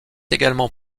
également